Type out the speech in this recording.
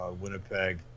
Winnipeg